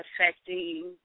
affecting